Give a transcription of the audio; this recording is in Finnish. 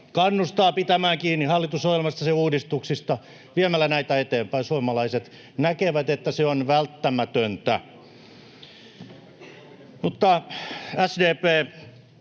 kannustavat pitämään kiinni hallitusohjelmasta ja sen uudistuksista, viemään näitä eteenpäin. Suomalaiset näkevät, että se on välttämätöntä. SDP,